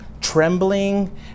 trembling